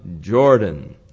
Jordan